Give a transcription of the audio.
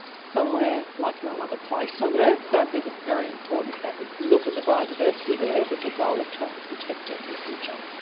somewhere like no other place on earth, so i think it's very important that we look at the biodiversity there with a goal of trying to protect it for the future.